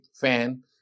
fan